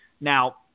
Now